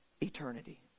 Eternity